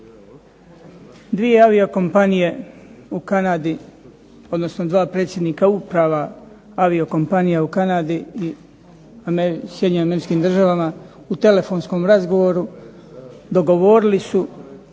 Dvije aviokompanije u Kanadi, odnosno dva predsjednika uprava aviokompanija u Kanadi i Sjedinjenim Američkim Državama u telefonskom razgovoru dogovorili su